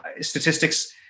statistics